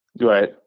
Right